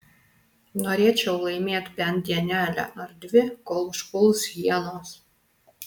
norėčiau laimėt bent dienelę ar dvi kol užpuls hienos